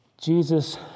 Jesus